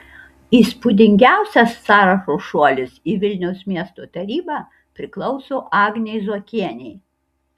įspūdingiausias sąrašo šuolis į vilniaus miesto tarybą priklauso agnei zuokienei